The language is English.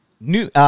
New